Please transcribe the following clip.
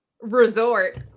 resort